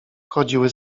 chodziły